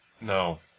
No